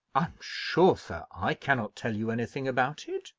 i'm sure, sir, i cannot tell you anything about it,